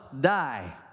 die